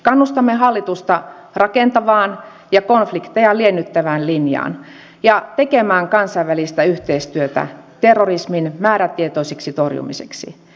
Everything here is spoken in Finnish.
kannustamme hallitusta rakentavaan ja konflikteja liennyttävään linjaan ja tekemään kansainvälistä yhteistyötä terrorismin määrätietoiseksi torjumiseksi